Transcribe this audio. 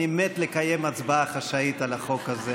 אני מת לקיים הצבעה חשאית על החוק הזה,